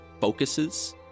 focuses